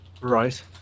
Right